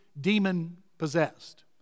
demon-possessed